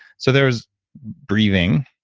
so there's breathing,